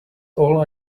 all